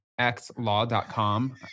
xlaw.com